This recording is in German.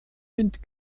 wind